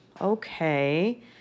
okay